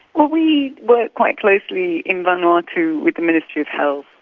well we work quite closely in vanuatu with the ministry of health.